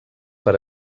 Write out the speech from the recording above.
per